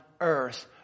earth